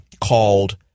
called